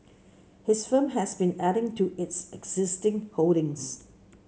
his firm has been adding to its existing holdings